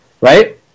right